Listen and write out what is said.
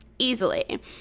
easily